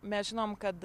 mes žinom kad